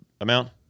amount